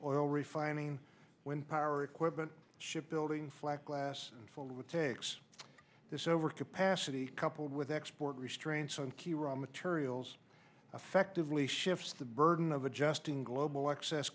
oil refining wind power equipment ship building flat glass forward takes this overcapacity coupled with export restraints on key raw materials effectively shifts the burden of adjusting global excess